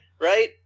right